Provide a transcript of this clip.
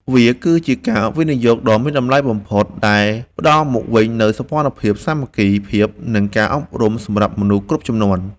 វាគឺជាការវិនិយោគដ៏មានតម្លៃបំផុតដែលផ្ដល់មកវិញនូវ សោភ័ណភាព សាមគ្គីភាព និងការអប់រំ សម្រាប់មនុស្សគ្រប់ជំនាន់។